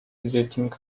visiting